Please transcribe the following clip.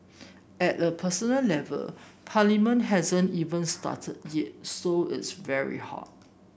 at a personal level Parliament hasn't even started yet so it's very hard